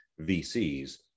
VCs